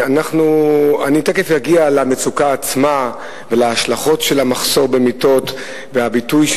תיכף אגיע למצוקה עצמה ולהשלכות של המחסור במיטות והביטוי,